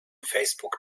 facebook